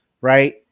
right